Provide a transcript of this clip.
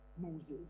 Moses